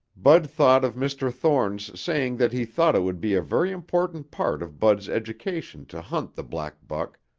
bud thought of mr. thorne's saying that he thought it would be a very important part of bud's education to hunt the black buck,